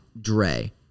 Dre